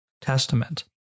Testament